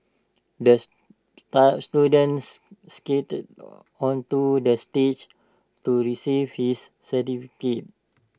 the students skated onto the stage to receive his certificate